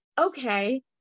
okay